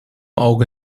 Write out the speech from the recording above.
auge